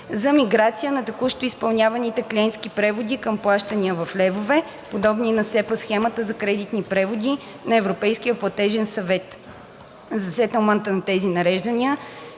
за миграция на текущо изпълняваните клиентски преводи към плащания в левове, подобни на SEPA схемата за кредитни преводи на Европейския платежен съвет. За сетълмента на тези нареждания